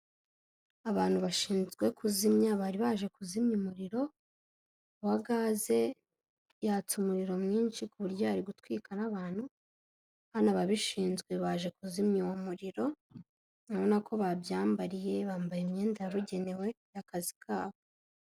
Abantu bashinzwe kuzimya, bari baje kuzimya umuriro wa gaze, yatse umuriro mwinshi ku buryo ari gutwika n'abantu, hano ababishinzwe baje kuzimya uwo muriro, urabona ko babyambariye, bambaye imyenda yarugenewe y'akazi kabo.